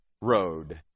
road